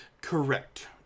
Correct